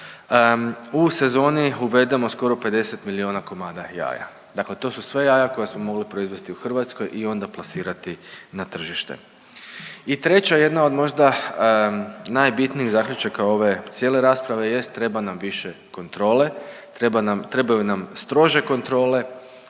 U sezoni uvedemo skoro 50 milijona komada jaja, dakle to su sve jaja koja smo mogli proizvesti u Hrvatskoj i onda plasirati na tržište. I treće, jedna od možda najbitnijih zaključaka ove cijele rasprave jest treba nam više kontrole, trebaju nam strože kontrole